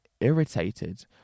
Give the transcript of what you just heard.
irritated